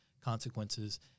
consequences